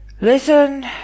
Listen